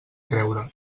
creure